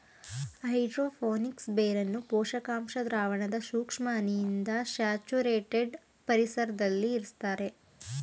hydro phonics ಬೇರನ್ನು ಪೋಷಕಾಂಶ ದ್ರಾವಣದ ಸೂಕ್ಷ್ಮ ಹನಿಯಿಂದ ಸ್ಯಾಚುರೇಟೆಡ್ ಪರಿಸರ್ದಲ್ಲಿ ಇರುಸ್ತರೆ